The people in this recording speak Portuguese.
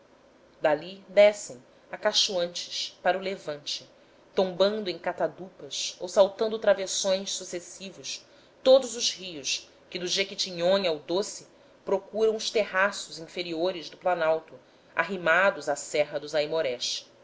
dali descem acachoantes para o levante tombando em catadupas ou saltando travessões sucessivos todos os rios que do jequitinhonha ao doce procuram os terraços inferiores do planalto arrimados à serra dos aimorés